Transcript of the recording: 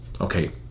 Okay